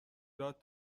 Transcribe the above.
داد